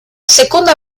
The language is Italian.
seconda